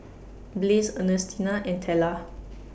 Blaze Ernestina and Tella